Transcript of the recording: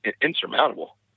insurmountable